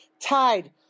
tied